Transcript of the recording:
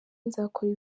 nzakora